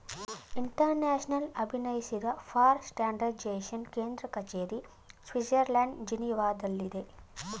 international ಅಭಿನಯಿಸಿದ for standardisation ಕೇಂದ್ರ ಕಚೇರಿ ಸ್ವಿಡ್ಜರ್ಲ್ಯಾಂಡ್ ಜಿನೀವಾದಲ್ಲಿದೆ